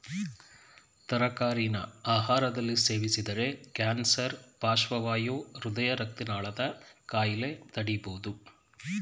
ತರಕಾರಿನ ಆಹಾರದಲ್ಲಿ ಸೇವಿಸಿದರೆ ಕ್ಯಾನ್ಸರ್ ಪಾರ್ಶ್ವವಾಯು ಹೃದಯ ರಕ್ತನಾಳದ ಕಾಯಿಲೆ ತಡಿಬೋದು